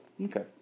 Okay